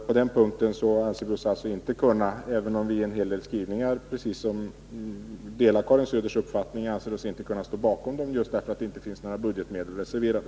Även om vi i en hel del skrivningar delar Karin Söders uppfattning, anser vi oss på den här punkten inte kunna stå bakom dem, just därför att det inte finns några budgetmedel reserverade.